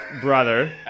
brother